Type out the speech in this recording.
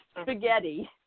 spaghetti